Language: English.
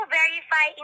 verify